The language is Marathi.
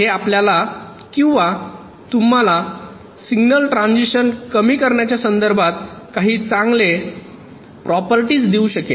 हे आपल्याला किंवा तुम्हाला सिग्नल ट्रान्झिशन्स कमी करण्याच्या संदर्भात काही चांगले प्रॉपर्टीस देऊ शकेल